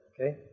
Okay